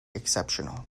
exceptional